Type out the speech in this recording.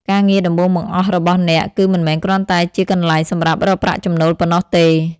ការងារដំបូងបង្អស់របស់អ្នក គឺមិនមែនគ្រាន់តែជាកន្លែងសម្រាប់រកប្រាក់ចំណូលប៉ុណ្ណោះទេ។